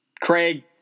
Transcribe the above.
Craig –